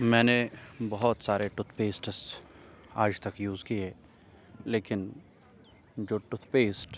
میں نے بہت سارے ٹوتھ پیسٹس آج تک یوز کیے لیکن جو ٹوتھ پیسٹ